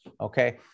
okay